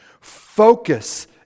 Focus